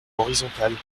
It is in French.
horizontale